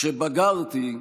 כשבגרתי,